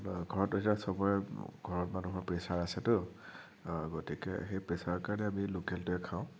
ঘৰত এতিয়া চবৰে ঘৰৰ মানুহৰ প্ৰেচাৰ আছেতো গতিকে সেই প্ৰেচাৰৰ কাৰণে আমি লোকেলটোৱেই খাওঁ